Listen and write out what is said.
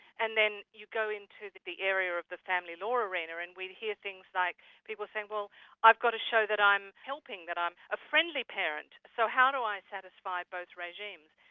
and then you go into the area of the family law arena and we hear things like people saying, well i've got to show that i'm helping, that i'm a friendly parent. so how do i satisfy both regimes?